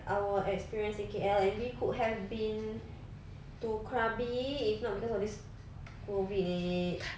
our experience in K_L and we could have been to krabi if not cause of this COVID